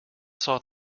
saw